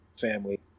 family